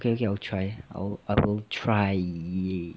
okay okay I'll try I will try